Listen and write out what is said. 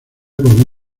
como